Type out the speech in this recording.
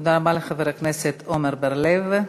תודה רבה לחבר הכנסת עמר בר-לב.